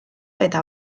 eta